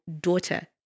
daughter